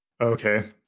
okay